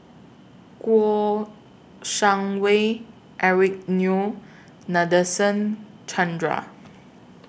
Kouo Shang Wei Eric Neo Nadasen Chandra